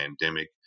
pandemic